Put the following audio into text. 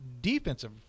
defensive